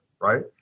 right